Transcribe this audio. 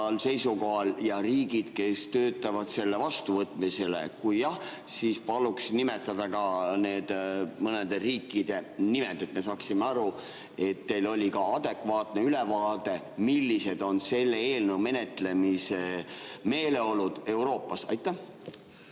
seisukohal, ja riikidest, kes töötavad selle vastu. Kui jah, siis palun nimetada ka nende mõnede riikide nimed, et me saaksime aru, et teil oli adekvaatne ülevaade, millised on selle eelnõu menetlemise meeleolud Euroopas. Tänan,